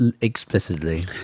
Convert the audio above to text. explicitly